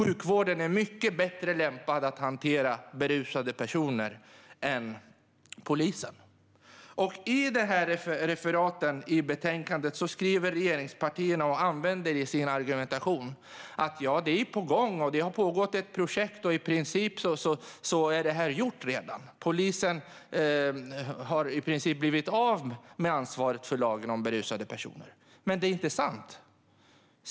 Sjukvården är mycket bättre lämpad att hantera berusade personer än vad polisen är. I referaten i betänkandet skriver regeringspartierna - de använder det i sin argumentation - att det är på gång, att det har pågått ett projekt, att detta i princip redan är gjort och att polisen i princip har blivit av med ansvaret för lagen om berusade personer. Men det är inte sant.